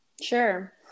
Sure